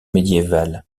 médiéval